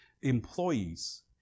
employees